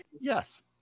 yes